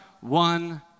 one